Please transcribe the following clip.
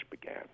began